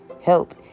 Help